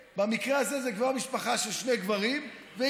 במקרה הזה, זה כבר משפחה של שני גברים ואימא.